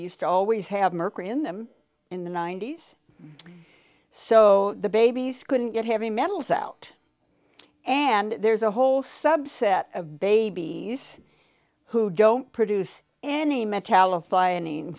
used to always have mercury in them in the ninety's so the babies couldn't get heavy metals out and there's a whole subset of babies who don't produce any metallic by any means